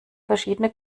verschiedene